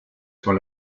sur